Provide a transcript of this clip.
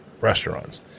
restaurants